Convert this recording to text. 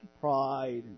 pride